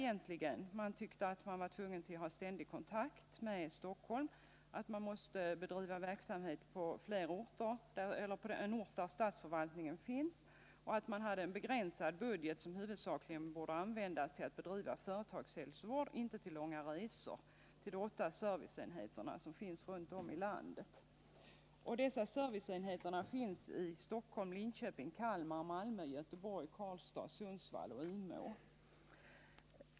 De tyckte att Statshälsan var tvungen att hålla ständig kontakt med Stockholm, att man måste bedriva verksamheten på den ort där statsförvaltningen i Övrigt finns och att man hade en begränsad budget som huvudsakligen borde användas till att bedriva företagshälsovård och inte till att företa långa resor till de åtta serviceenheter som finns runt om i landet. Dessa serviceenheter finns i Stockholm, Linköping, Kalmar, Malmö, Göteborg, Karlstad, Sundsvall och Umeå.